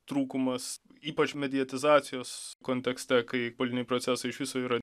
trūkumas ypač medijetizacijos kontekste kai politiniai procesai iš viso yra